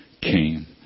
came